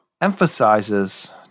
emphasizes